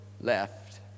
left